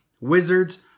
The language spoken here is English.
Wizards